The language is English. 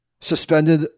suspended